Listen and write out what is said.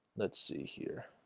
let's see here